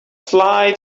fly